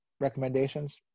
recommendations